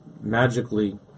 magically